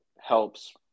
helps